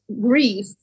grief